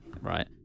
right